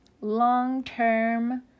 long-term